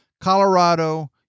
Colorado